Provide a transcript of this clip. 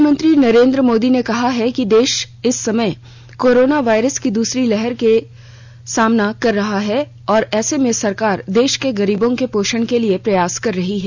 प्रधानमंत्री नरेंद्र मोदी ने कहा है कि देश इस समय कोरोना वायरस की दूसरी लहर का सामना कर रहा है और ऐसे में सरकार देश के गरीबों के पोषण के लिए प्रयास कर रही है